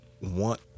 want